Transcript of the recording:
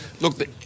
Look